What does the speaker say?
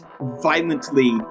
violently